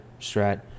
Strat